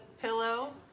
pillow